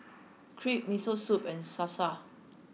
Crepe Miso Soup and Salsa